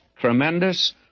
tremendous